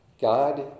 God